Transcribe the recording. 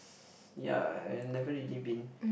ya I never really been